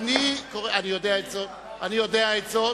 אני יודע זאת.